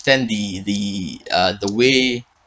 the the uh the way